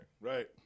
Right